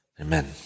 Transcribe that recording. Amen